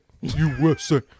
USA